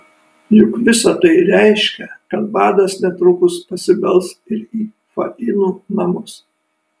juk visa tai reiškia kad badas netrukus pasibels ir į fainų namus